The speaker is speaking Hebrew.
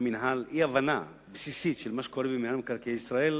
אי-הבנה בסיסית של מה שקורה במינהל מקרקעי ישראל,